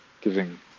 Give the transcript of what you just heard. giving